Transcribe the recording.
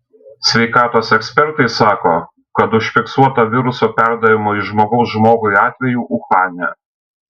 sveikatos ekspertai sako kad užfiksuota viruso perdavimo iš žmogaus žmogui atvejų uhane